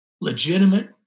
Legitimate